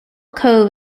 cove